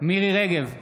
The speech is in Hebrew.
מירי מרים רגב,